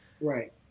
right